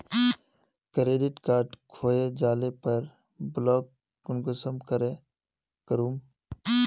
Credit card खोये जाले पर ब्लॉक कुंसम करे करूम?